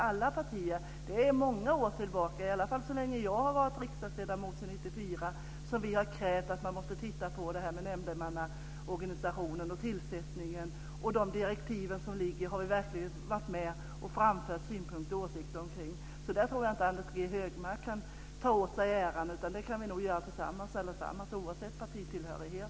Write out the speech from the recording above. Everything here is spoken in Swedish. Vi har under många år - i alla fall sedan jag blev riksdagsledamot 1994 - krävt att man ska titta på nämndemannaorganisationen och tillsättningen. De direktiv som finns har vi verkligen framfört åsikter omkring. Där tror jag inte att Anders G Högmark kan ta åt sig äran, utan det kan vi nog göra allesammans oavsett partitillhörighet.